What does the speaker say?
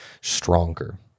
stronger